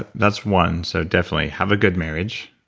ah that's one, so definitely have a good marriage.